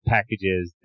packages